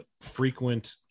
frequent